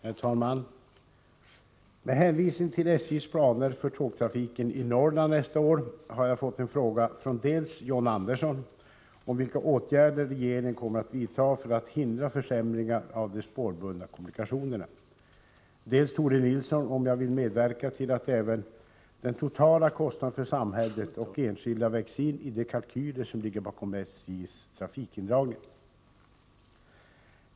Herr talman! Med hänvisning till SJ:s planer för tågtrafiken i Norrland nästa år har jag fått en fråga från dels John Andersson om vilka åtgärder regeringen kommer att vidta för att hindra försämringar av de spårbundna kommunikationerna, dels Tore Nilsson om jag vill medverka till att även den totala kostnaden för samhället och enskilda vägs in i de kalkyler som ligger bakom SJ:s trafikindragningar.